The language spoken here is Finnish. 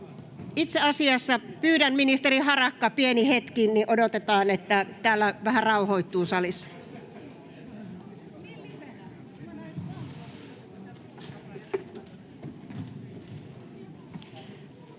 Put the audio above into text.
menettelytapoja. Pyydän, ministeri Harakka, pieni hetki, niin odotetaan, että vähän rauhoittuu täällä salissa.